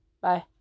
bye